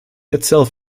itself